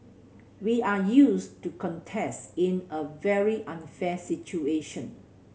we are used to contest in a very unfair situation